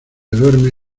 duerme